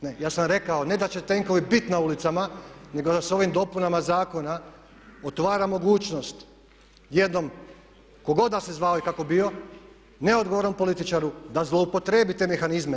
Ne, ja sam rekao ne da će tenkovi bit na ulicama, nego da sa ovim dopunama zakona otvara mogućnost jednom tko god da se zvao i kako bio neodgovoran političar da zloupotrijebi te mehanizme.